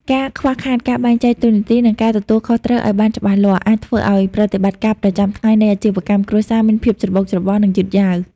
ការខ្វះខាតការបែងចែកតួនាទី និងការទទួលខុសត្រូវឱ្យបានច្បាស់លាស់ អាចធ្វើឱ្យប្រតិបត្តិការប្រចាំថ្ងៃនៃអាជីវកម្មគ្រួសារមានភាពច្របូកច្របល់ និងយឺតយ៉ាវ។